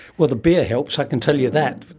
well, the beer helps, i can tell you that.